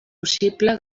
possible